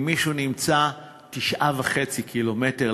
אם מישהו נמצא 9.5 קילומטרים,